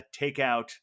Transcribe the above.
takeout